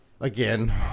Again